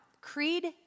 creed